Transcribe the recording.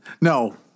No